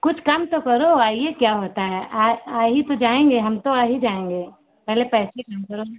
कुछ कम तो करो आईए क्या होता है आ ही तो जाएंगे हम तो आ ही जाएंगे पहले पैसे कम करो